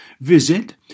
Visit